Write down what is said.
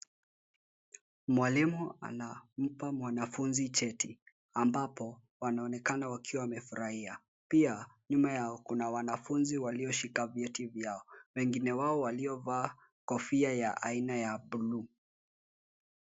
Mwalimu anampa mwanafunzi cheti ambapo wanaonekana wakiwa wamefurahia, pia nyuma yao kuna wanafunzi walioshika vyeti vyao, wengine wao waliovaa kofia ya aina ya buluu.